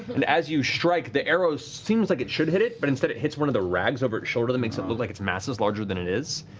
and as you strike, the arrow seems like it should hit it, but instead it hits one of the rags over its shoulder that makes it look like its mass is larger than it is,